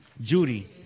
Judy